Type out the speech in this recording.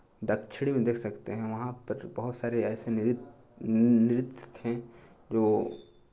दक्षिण में देख सकते हैं वहाँ पर बहुत सारे ऐसे नृत नृत्य हैं जो